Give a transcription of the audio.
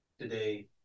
today